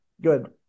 good